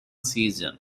season